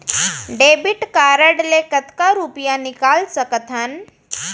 Debit card ले कतका रुपिया निकाल सकथन?